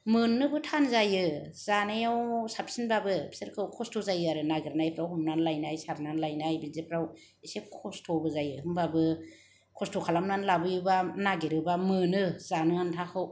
मोननोबो थान जायो जानायाव साबसिनबाबो बिसोरखौ खस्थ' जायो आरो नागेरनायफ्राव हमनानै लायनाय सारनानै लायनाय बिदिफोराव एसे खस्थ'बो जायो होमबाबो खस्थ' खालामनानै लाबोयोब्ला नागेरोब्ला मोनो जानो आनथाखौ